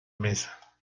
mesa